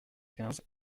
quinze